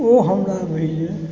ओ हमरा जे अइ